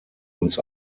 uns